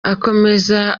akomeza